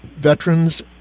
Veterans